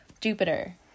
Jupiter